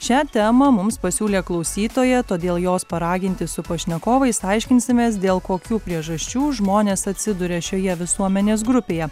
šią temą mums pasiūlė klausytoja todėl jos paraginti su pašnekovais aiškinsimės dėl kokių priežasčių žmonės atsiduria šioje visuomenės grupėje